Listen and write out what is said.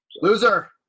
Loser